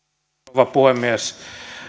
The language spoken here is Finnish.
rouva puhemies